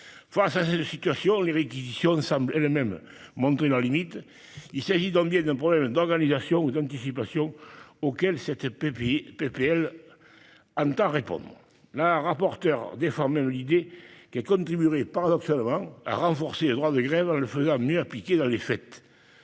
Face à cette situation, les réquisitions semblent elles-mêmes montrer leurs limites. Il s'agit donc bien d'un problème d'organisation et d'anticipation, auquel cette proposition de loi vise à répondre. Mme la rapporteure défend même l'idée que ce texte contribuerait paradoxalement à renforcer le droit de grève, en le faisant mieux appliquer dans les faits.